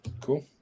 Cool